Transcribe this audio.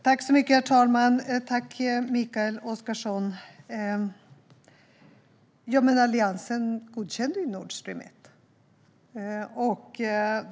Herr talman! Tack, Mikael Oscarsson. Alliansen godkände Nord Stream 1.